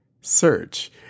Search